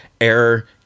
Error